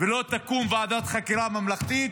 לא תקום ועדת חקירה ממלכתית,